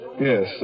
Yes